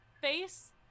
face